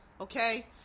okay